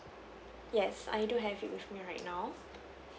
yes I do have it with me right now